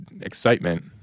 excitement